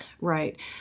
Right